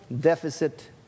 deficit